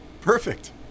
perfect